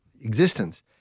existence